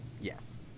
Yes